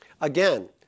Again